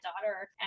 daughter